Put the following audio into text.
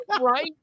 right